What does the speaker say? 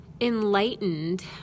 enlightened